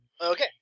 okay